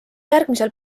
järgmisel